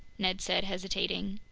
ned said, hesitating.